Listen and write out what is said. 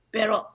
Pero